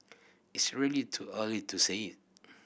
it's really too early to saying